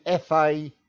FA